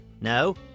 No